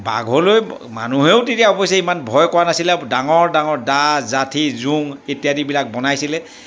বাঘলৈ মানুহেও তেতিয়া অৱশ্যে ইমান ভয় কৰা নাছিলে ডাঙৰ ডাঙৰ দা যাঠি জোং ইত্যাদিবিলাক বনাইছিলে